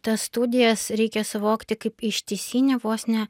tas studijas reikia suvokti kaip ištisinį vos ne